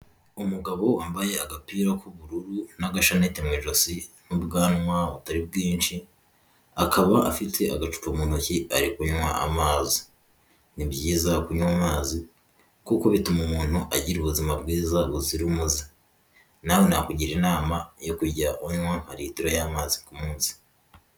Umugabo wambaye agapira k'ubururu n'agashanete mu ijosi n'ubwanwa butari bwinshi, akaba afite agacupa mu ntoki ari kunywa amazi, ni byiza kunywa amazi kuko bituma umuntu agira ubuzima bwiza buzira umuze, nawe nakugira inama yo kujya unywa litiro y'amazi ku munsi.